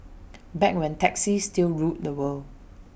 back when taxis still ruled the world